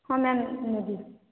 ହଁ ମ୍ୟାମ ମୁଁ ନେବି